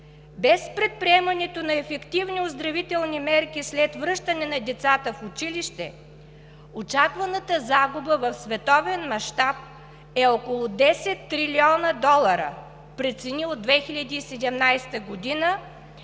без предприемането на ефективни оздравителни мерки след връщане на децата в училище очакваната загуба в световен мащаб е около 10 трилиона долара при цени от 2017 г.